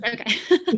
Okay